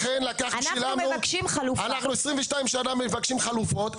לכן עשרים ושתיים שנה מבקשים חלופות,